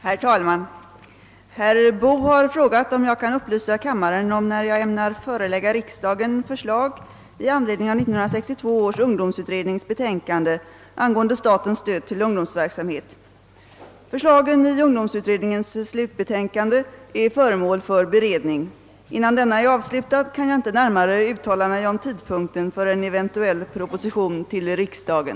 Herr talman! Herr Boo har frågat om jag kan upplysa kammaren om när jag ämnar förelägga riksdagen förslag i anledning av 1962 års ungdomsutrednings betänkande angående statens stöd till ungdomsverksamhet. Förslagen i ungdomsutredningens slutbetänkande är föremål för beredning. Innan denna är avslutad, kan jag inte närmare uttala mig om tidpunkten för en eventuell proposition till riksdagen.